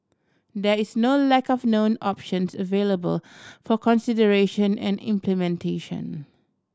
there is no lack of known options available for consideration and implementation